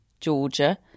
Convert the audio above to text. Georgia